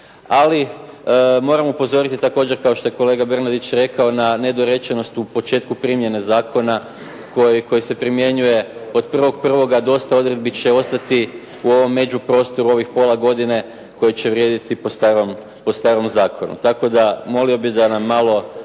ali moram upozoriti također kao što je kolega Bernardić rekao na nedorečenost u početku primjene zakona koji se primjenjuje od 01. 01. dosta odredbi će ostati u ovom međuprostoru ovih pola godine koji će vrijediti po starom zakonu. Tako da molio bih da nam malo